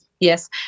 Yes